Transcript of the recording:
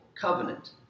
covenant